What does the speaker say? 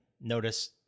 Notice